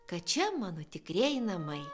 kad čia mano tikrieji namai